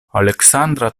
aleksandra